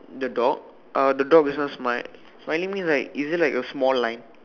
the dog uh the dog is not smi~ smiling means like is it like a small line